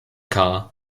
car